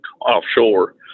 offshore